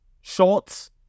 shorts